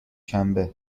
شنبه